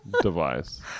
device